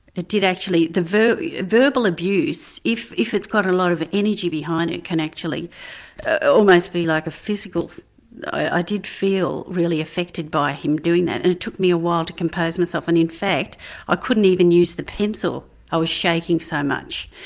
it did actually, the verbal abuse if if it's got a lot of energy behind it, can actually almost be like a physical i did feel really affected by him doing that, and it took me a while to compose myself. and in fact i ah couldn't even use the pencil, i was shaking so much.